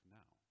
now